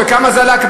בכמה זה עלה?